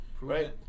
Right